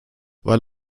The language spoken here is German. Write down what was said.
weil